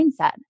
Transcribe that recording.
mindset